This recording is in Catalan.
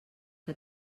que